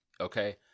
Okay